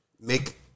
make